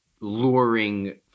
luring